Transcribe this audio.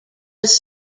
was